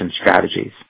strategies